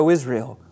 Israel